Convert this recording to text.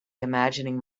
imagining